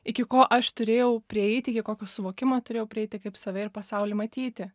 iki ko aš turėjau prieiti iki kokio suvokimo turėjau prieiti kaip save ir pasaulį matyti